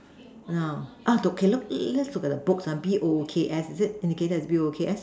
now ah do can look let's look at the books ah B O O K S is it indicated as B O O K S